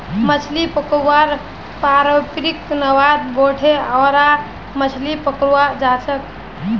मछली पकड़वार पारंपरिक नावत बोठे ओरा मछली पकड़वा जाछेक